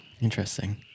Interesting